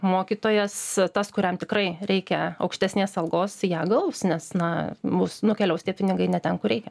mokytojas tas kuriam tikrai reikia aukštesnės algos ją gaus nes na bus nukeliaus tie pinigai ne ten kur reikia